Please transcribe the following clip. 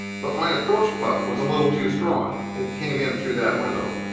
but my approach-putt was a little too strong. it came in through that window.